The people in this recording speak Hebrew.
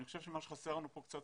אני חושב שמה שחסר לנו קצת כאן,